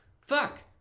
fuck